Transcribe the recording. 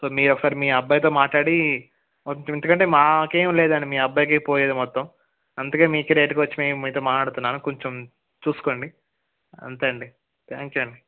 so మీరు ఒకసారి మీ అబ్బాయితో మాట్లాడి ఎందుకంటే మాకేం లేదండి మీ అబ్బాయికే పోయేది మొత్తము అందుకే మీకే డైరెక్ట్గా వచ్చి నేను మీతో మాట్లాడుతున్నాను కొంచెం చూసుకోండి అంతే అండి థ్యాంక్ యూ అండి